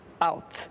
out